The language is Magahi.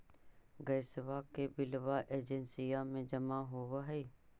गैसवा के बिलवा एजेंसिया मे जमा होव है?